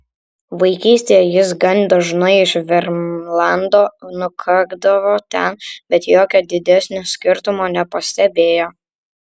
vaikystėje jis gan dažnai iš vermlando nukakdavo ten bet jokio didesnio skirtumo nepastebėjo